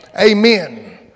Amen